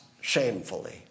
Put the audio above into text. shamefully